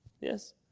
Yes